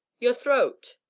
your throat!